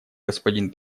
господин